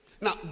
Now